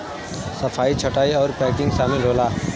सफाई छंटाई आउर पैकिंग सामिल होला